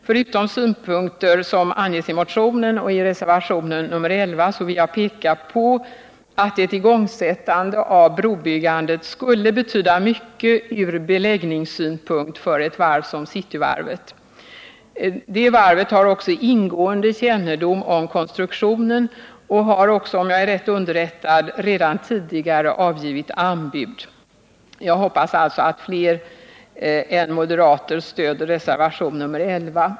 Förutom synpunkter som anges i motionen och i reservationen 11 vill jag peka på att ett igångsättande av brobyggandet skulle betyda mycket ur beläggningssynpunkt för ett varv som Cityvarvet. Detta varv har också ingående kännedom om konstruktionen och har också, om jag är rätt underrättad, redan tidigare avgivit anbud. Jag hoppas alltså att andra än moderater skall stödja reservationen 11.